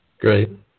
great